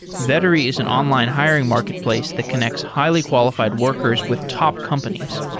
vettery is an online hiring marketplace that connects highly qualified workers with top companies.